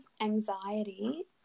anxiety